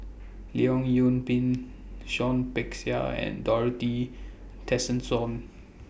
Leong Yoon Pin Peck Seah and Dorothy Tessensohn